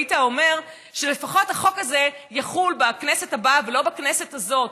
היית אומר שלפחות החוק הזה יחול בכנסת הבאה ולא בכנסת הזאת.